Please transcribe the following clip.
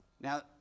now